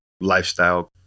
lifestyle